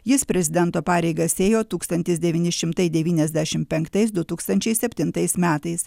jis prezidento pareigas ėjo tūkstantis devyni šimtai devyniasdešim penktais du tūkstančiai septintais metais